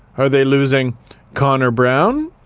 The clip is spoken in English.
are they losing connor brown?